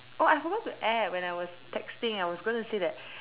oh I forgot to add when I was texting I was going to say that